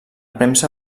premsa